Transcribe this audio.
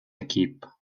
équipe